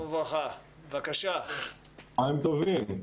צהריים טובים.